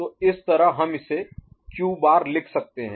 तो इस तरह हम इसे क्यू बार लिख सकते हैं